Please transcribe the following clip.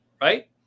right